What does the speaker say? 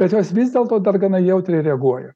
bet jos vis dėlto dar gana jautriai reaguoja